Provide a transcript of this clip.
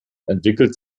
entwickelt